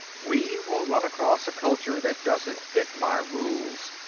we will run across a culture that doesn't fit my rules.